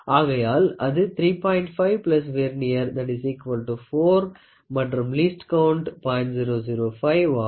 5 vernier 4 மற்றும் least count 0